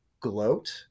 gloat